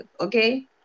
Okay